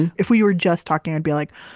and if we were just talking, i'd be like,